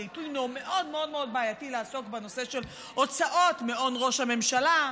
זה עיתוי מאוד מאוד בעייתי לעסוק בנושא של הוצאות מעון ראש הממשלה,